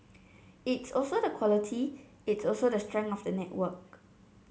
it's also the quality it's also the strength of the network